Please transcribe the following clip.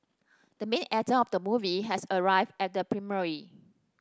the main actor of the movie has arrived at the premiere